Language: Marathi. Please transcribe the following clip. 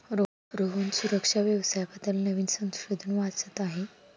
रोहन सुरक्षा व्यवसाया बद्दल नवीन संशोधन वाचत आहे